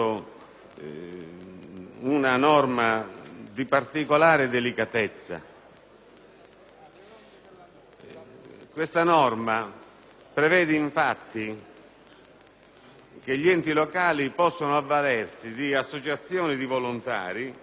una norma di particolare delicatezza, che prevede che gli enti locali possano avvalersi di associazioni di volontari